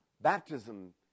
Baptism